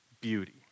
beauty